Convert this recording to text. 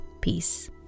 Peace